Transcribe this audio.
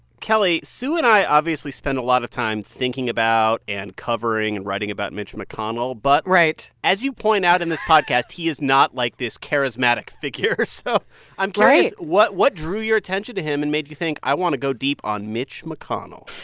kelly, sue and i obviously spend a lot of time thinking about and covering and writing about mitch mcconnell but. right. as you point out in this podcast, he is not like this charismatic figure. so i'm curious, what what drew your attention to him and made you think, i want to go deep on mitch mcconnell?